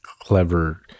clever